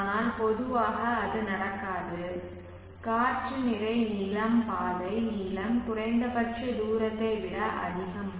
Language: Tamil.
ஆனால் பொதுவாக அது நடக்காது காற்று நிறை நீளம் பாதை நீளம் குறைந்தபட்ச தூரத்தை விட அதிகம்